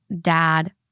dad